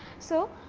so,